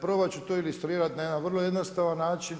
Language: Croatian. Probat ću to ilustrirati na jedan vrlo jednostavan način.